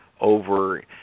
over